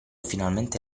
finalmente